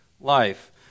life